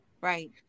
Right